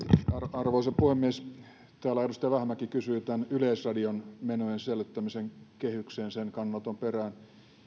arvoisa puhemies täällä edustaja vähämäki kysyi yleisradion menojen selvittämisen kehyksen sen kannanoton perään